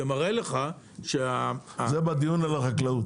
זה מראה לך שה- -- זה בדיון על החקלאות,